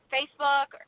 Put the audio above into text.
Facebook